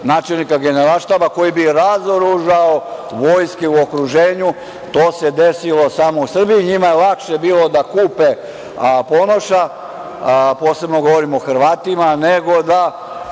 načelnika generalštaba koji bi razoružao vojske u okruženju, to se desilo samo Srbiji, njima je lakše bilo da kupe Ponoša, a posebno govorim o Hrvatima, nego da